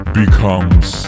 becomes